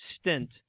stint